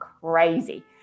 crazy